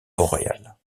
boréales